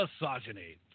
misogyny